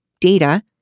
data